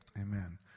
Amen